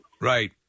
Right